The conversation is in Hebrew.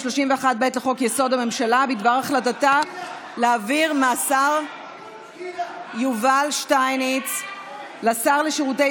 בדבר החלטתה להעביר מהשר יובל שטייניץ לשר לשירותי